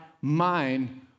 mind